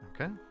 Okay